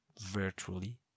virtually